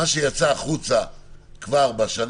בשנה הזאת בשוטף